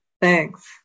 thanks